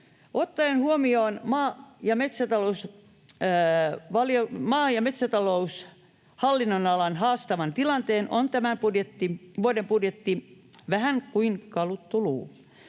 Ottaen huomioon maa- ja metsätalouden hallinnonalan haastavan tilanteen on tämän vuoden budjetti vähän kuin kaluttu luu.